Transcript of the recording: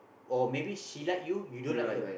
or maybe she like you you don't like her